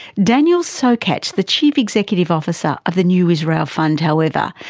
daniel sokatch, the chief executive officer of the new israel fund however,